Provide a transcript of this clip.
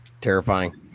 Terrifying